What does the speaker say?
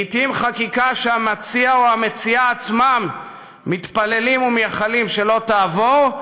לעתים חקיקה שהמציע או המציעה עצמם מתפללים ומייחלים שלא תעבור,